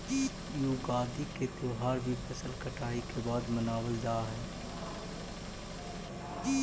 युगादि के त्यौहार भी फसल कटाई के बाद मनावल जा हइ